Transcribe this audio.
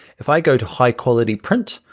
if i go to high quality print,